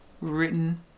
Written